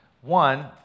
One